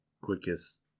quickest